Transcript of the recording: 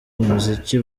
umuziki